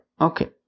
Okay